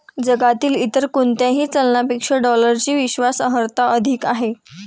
जगातील इतर कोणत्याही चलनापेक्षा डॉलरची विश्वास अर्हता अधिक आहे